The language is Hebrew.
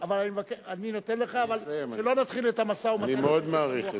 אבל שלא נתחיל את המשא-ומתן אחרי שייגמרו